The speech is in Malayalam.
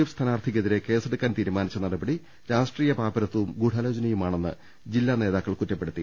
എഫ് സ്ഥാനാർത്ഥിക്കെതിരെ കേസെടുക്കാൻ തീരുമാനിച്ച നടപടി രാഷ്ട്രീയ പാപ്പരത്വവും ഗൂഢാലോചന യുമാണെന്ന് ജില്ലാ നേതാക്കൾ കുറ്റപ്പെടുത്തി